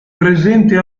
presente